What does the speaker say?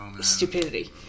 stupidity